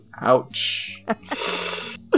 Ouch